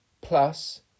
plus